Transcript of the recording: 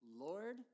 Lord